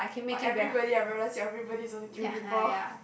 but everybody I realise everybody is only three people